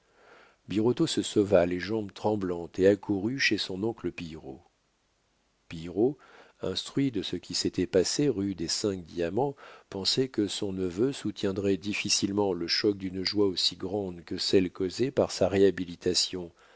birotteau se sauva les jambes tremblantes et accourut chez son oncle pillerault pillerault instruit de ce qui s'était passé rue des cinq diamants pensait que son neveu soutiendrait difficilement le choc d'une joie aussi grande que celle causée par sa réhabilitation